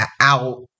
out